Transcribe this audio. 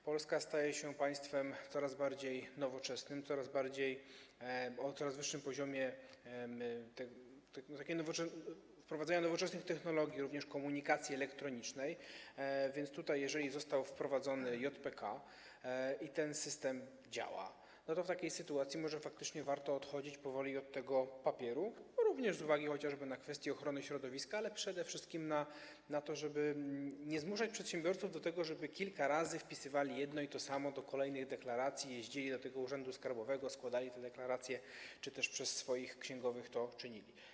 Polska staje się państwem coraz bardziej nowoczesnym, o coraz wyższym poziomie wprowadzanych nowoczesnych technologii, również w komunikacji elektronicznej, więc jeżeli został wprowadzony JPK i ten system działa, to w takiej sytuacji może faktycznie warto odchodzić powoli od tego papieru, również z uwagi chociażby na kwestię ochrony środowiska, ale przede wszystkim na to, żeby nie zmuszać przedsiębiorców do tego, by kilka razy wpisywali jedno i to samo do kolejnych deklaracji, jeździli do urzędu skarbowego, składali te deklaracje, czy też przez swoich księgowych to czynili.